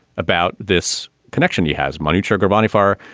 about this connection, he has money trigger varnaes farr,